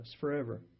forever